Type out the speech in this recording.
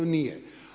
Nije.